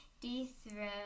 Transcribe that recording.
dethrone